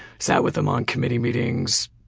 sat with him on committee meetings.